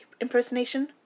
impersonation